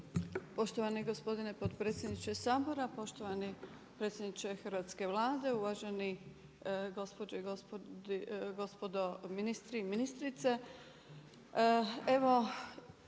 Poštovani gospodine predsjedniče Sabora, poštovani predsjedniče hrvatske Vlade, uvaženi gospođe i gospodo ministri